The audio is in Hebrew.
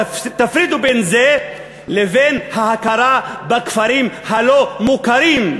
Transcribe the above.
תפרידו בין זה לבין ההכרה בכפרים הלא-מוכרים.